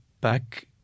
back